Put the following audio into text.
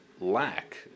lack